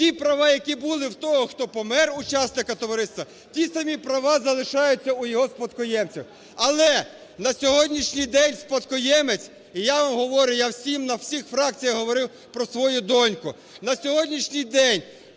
Ті права, які були у того, хто помер, учасника товариства, ті самі права залишаються у його спадкоємців. Але, на сьогоднішній день спадкоємець, і я вам говорю, я всім на всіх фракціях говорив про свою доньку. На сьогоднішній день